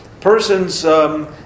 person's